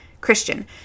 Christian